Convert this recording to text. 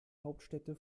hauptstädte